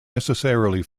necessarily